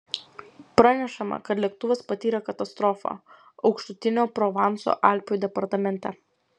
pranešama kad lėktuvas patyrė katastrofą aukštutinio provanso alpių departamente